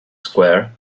square